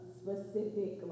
specific